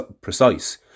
precise